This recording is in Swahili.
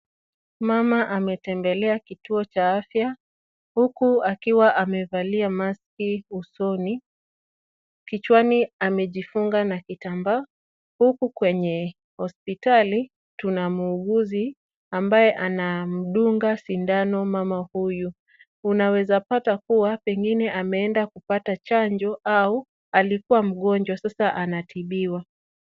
Mama ametembelea kituo cha afya, huku akiwa amevalia mask usoni. Kichwani amejifunga na kitambaa. Huku kwenye hospitali tuna muuguzi, ambaye anamdunga sindano mama huyu. Unaweza pata kuwa pengine ameenda kupata chanjo au alikuwa mgonjwa sasa anatibiwa.